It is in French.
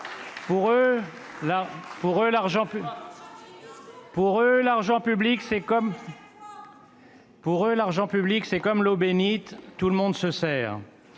Pour eux, l'argent public, c'est comme l'eau bénite, tout le monde se sert.